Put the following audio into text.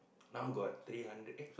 now got three hundred !eh!